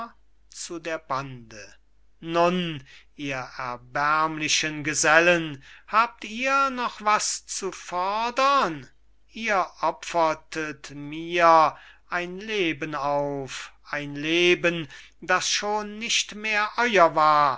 nun seht doch habt ihr noch was zu fordern ihr opfertet mir ein leben auf ein leben das schon nicht mehr euer war